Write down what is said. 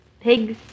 Pigs